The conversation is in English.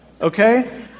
Okay